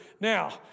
Now